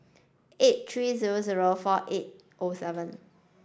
eight three zero zero four eight O seven